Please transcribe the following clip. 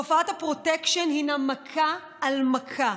תופעת הפרוטקשן הינה מכה על מכה.